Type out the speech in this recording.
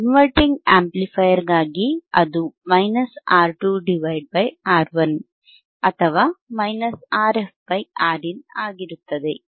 inverting amplifier ಗಾಗಿ ಅದು R2 R1 ಅಥವಾ Rf Rin ಆಗಿರುತ್ತದೆ